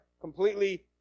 completely